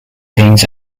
teens